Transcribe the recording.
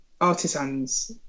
artisans